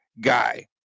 guy